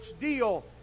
deal